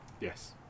Yes